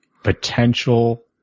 potential